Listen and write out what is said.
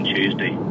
Tuesday